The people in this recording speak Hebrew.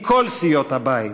מכל סיעות הבית,